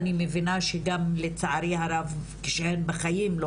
אני מבינה שגם לצערי הרב כשהן בחיים לא